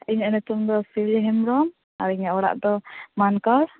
ᱤᱧᱟᱹᱜ ᱧᱩᱛᱩᱢ ᱫᱚ ᱥᱤᱣᱞᱤ ᱦᱮᱢᱵᱨᱚᱢ ᱟᱨ ᱤᱧᱟᱹᱜ ᱚᱲᱟᱜ ᱫᱚ ᱢᱟᱱᱠᱚᱨ